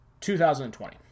2020